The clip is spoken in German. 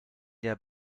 der